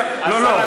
פתאום?